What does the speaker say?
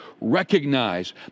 recognize